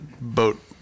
boat